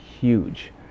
huge